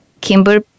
Kimber